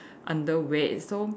underweight so